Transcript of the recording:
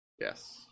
Yes